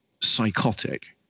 psychotic